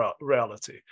reality